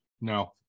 No